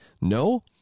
No